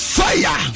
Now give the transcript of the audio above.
fire